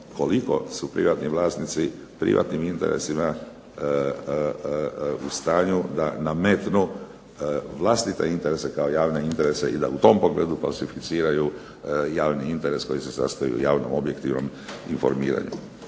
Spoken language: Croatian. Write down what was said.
koliko su privatni vlasnici, privatnim interesima u stanju da nametnu vlastite interese kao javne interese i da u tom pogledu falsificiraju javni interes koji se sastoji u javnom objektivnom informiranju.